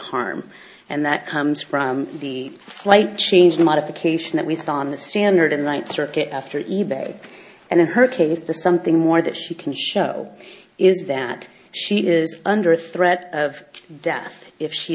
harm and that comes from the slight change modification that we saw on the standard in light circuit after e bay and in her case the something more that she can show is that she is under threat of death if she